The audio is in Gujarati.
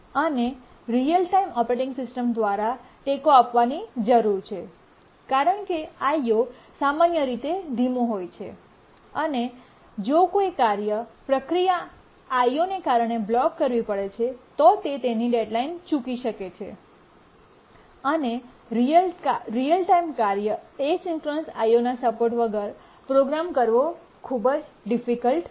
આને રીઅલ ટાઇમ ઓપરેટિંગ સિસ્ટમ દ્વારા ટેકો આપવાની જરૂર છે કારણ કે IO સામાન્ય રીતે ધીમું હોય છે અને જો કોઈ કાર્ય પ્રક્રિયા IO ને કારણે બ્લોક કરવી પડે છે તો તે તેની ડેડ્લાઇન ચૂકી શકે છે અને રિયલ ટાઇમ કાર્ય અસિંક્રનસ IOના સપોર્ટ વગર પ્રોગ્રામ કરવો ખૂબ જ ડિફિકલ્ટ છે